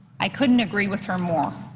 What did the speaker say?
i couldn't agree with her more.